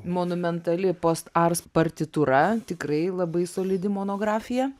monumentali post ars partitūra tikrai labai solidi monografija